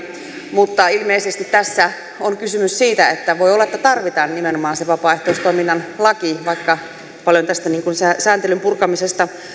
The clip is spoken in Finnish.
mutta ilmeisesti tässä on kysymys siitä että voi olla että tarvitaan nimenomaan se vapaaehtoistoiminnan laki vaikka paljon tästä sääntelyn purkamisesta